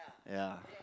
ya